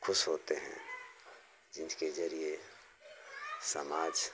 खुश होते हैं जिनके जरिए समाज